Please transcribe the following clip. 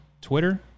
Twitter